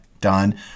done